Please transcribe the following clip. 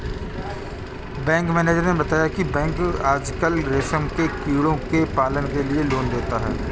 bank manager ने बताया की बैंक आजकल रेशम के कीड़ों के पालन के लिए लोन देता है